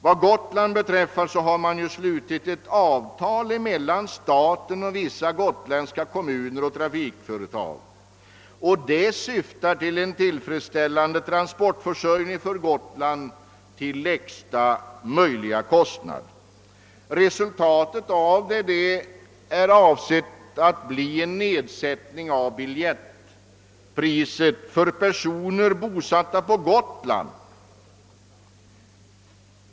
Vad Gotland beträffar har det ju mellan staten och vissa gotländska trafikföretag slutits ett avtal som syftar till en tillfredsställande transportförsörjning för lägsta möjliga kostnad. Avsikten är att åstadkomma en nedsättning av biljettpriset för personer bosatta på Gotland.